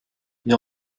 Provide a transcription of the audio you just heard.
wir